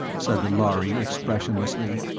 said the lhari expressionlessly.